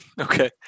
Okay